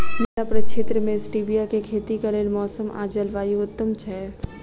मिथिला प्रक्षेत्र मे स्टीबिया केँ खेतीक लेल मौसम आ जलवायु उत्तम छै?